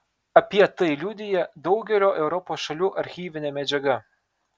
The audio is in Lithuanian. apie tai liudija daugelio europos šalių archyvinė medžiaga